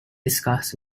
discuss